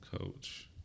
Coach